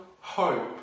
hope